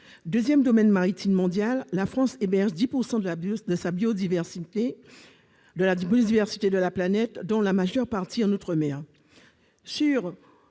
deuxième domaine maritime mondial, la France héberge 10 % de la biodiversité de la planète, dont la majeure partie en outre-mer.